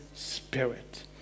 spirit